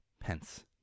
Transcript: Pence